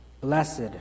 blessed